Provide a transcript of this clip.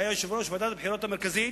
שהיה יושב-ראש ועדת הבחירות המרכזית,